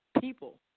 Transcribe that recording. people